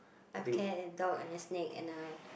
I have care in dog and a snake and a